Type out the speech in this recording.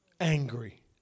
Angry